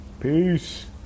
peace